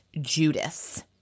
Judas